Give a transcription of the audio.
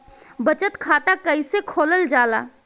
बचत खाता कइसे खोलल जाला?